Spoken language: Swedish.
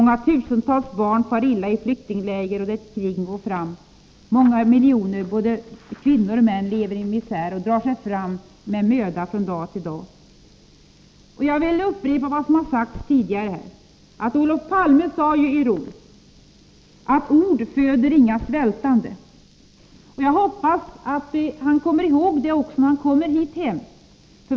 Tusentals barn far illa i flyktingläger och där krig går fram. Många miljoner, både kvinnor och män, lever i misär och drar sig med möda fram från dag till dag. Jag vill upprepa vad som har sagts tidigare här i dag. Olof Palme sade ju i Rom att ord föder inga svältande. Jag hoppas att han också kommer ihåg detta när han kommit hem.